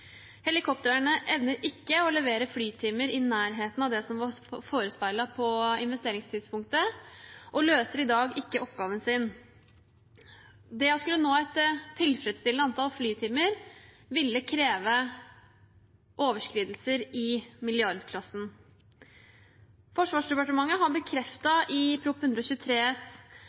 evner ikke å levere flytimer i nærheten av det som var forespeilet på investeringstidspunktet, og løser i dag ikke oppgaven sin. Det å skulle nå et tilfredsstillende antall flytimer ville kreve overskridelser i milliardklassen. Forsvarsdepartementet har bekreftet i Prop. 123 S